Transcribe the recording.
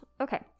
okay